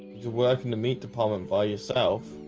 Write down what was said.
you're working to meet the pollen by yourself